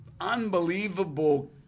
unbelievable